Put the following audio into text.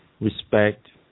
Respect